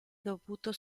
dovuto